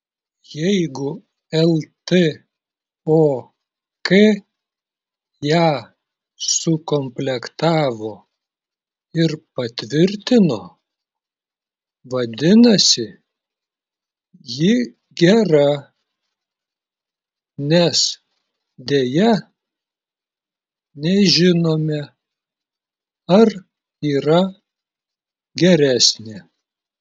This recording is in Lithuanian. jeigu ltok ją sukomplektavo ir patvirtino vadinasi ji gera nes deja nežinome ar yra geresnė